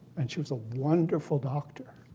and she was a wonderful doctor,